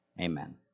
Amen